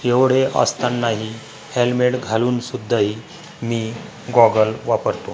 एवढे असतानाही हेल्मेड घालूनसुद्धाही मी गॉगल वापरतो